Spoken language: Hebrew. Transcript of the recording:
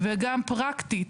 וגם פרקטית.